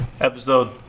Episode